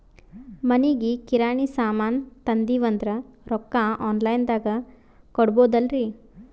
ಮನಿಗಿ ಕಿರಾಣಿ ಸಾಮಾನ ತಂದಿವಂದ್ರ ರೊಕ್ಕ ಆನ್ ಲೈನ್ ದಾಗ ಕೊಡ್ಬೋದಲ್ರಿ?